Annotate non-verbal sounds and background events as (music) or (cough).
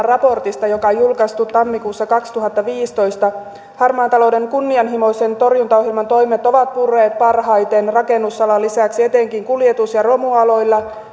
(unintelligible) raportista joka on julkaistu tammikuussa kaksituhattaviisitoista harmaan talouden kunnianhimoisen torjuntaohjelman toimet ovat purreet parhaiten rakennusalan lisäksi etenkin kuljetus ja romualoilla (unintelligible)